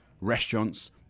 restaurants